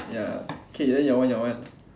ya K then your one your one